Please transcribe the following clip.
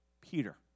Peter